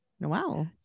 Wow